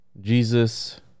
Jesus